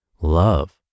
love